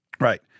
Right